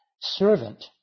servant